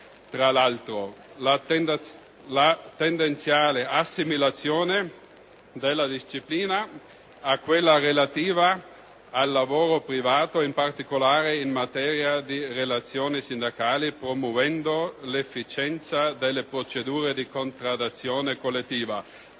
tra l'altro, la tendenziale assimilazione della disciplina a quella relativa al lavoro privato, in particolare in materia di relazioni sindacali, promuovendo l'efficienza delle procedure di contrattazione collettiva,